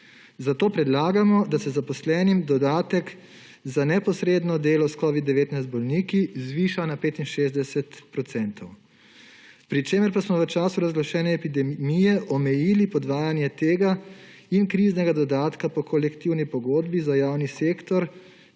Zato predlagamo, da se zaposlenim dodatek za neposredno delo s covid-19 bolniki zviša na 65 %, pri čemer pa smo v času razglašene epidemije omejili podvajanje tega in kriznega dodatka po kolektivni pogodbi za javni sektor